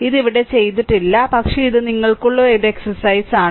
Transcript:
ഇത് ഇവിടെ ചെയ്തിട്ടില്ല പക്ഷേ ഇത് നിങ്ങൾക്കുള്ള ഒരു വ്യായാമമാണ്